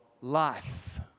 life